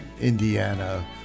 Indiana